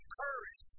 courage